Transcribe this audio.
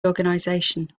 organization